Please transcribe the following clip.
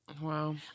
wow